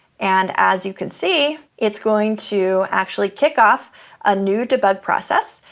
and as you can see, it's going to actually kickoff a new debug process.